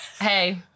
hey